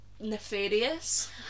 nefarious